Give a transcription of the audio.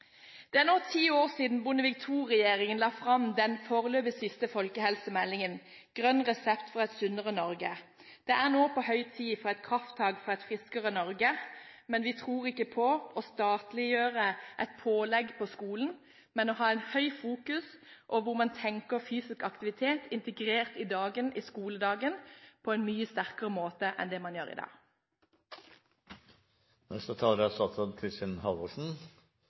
Det er nå ti år siden Bondevik II-regjeringen la fram den foreløpig siste folkehelsemeldingen, Resept for et sunnere Norge. Det er nå på høy tid med et krafttak for et friskere Norge. Vi tror ikke på å statliggjøre et pålegg for skolen, men på å ha et høyt fokus på dette, hvor man tenker fysisk aktivitet integrert i skoledagen på en mye sterkere måte enn man gjør i dag. Dette Dokument nr. 8-forslaget er